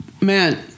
Man